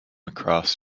across